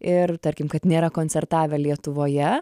ir tarkim kad nėra koncertavę lietuvoje